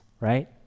right